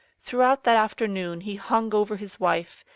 throughout that afternoon he hung over his wife,